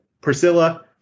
Priscilla